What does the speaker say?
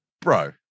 Bro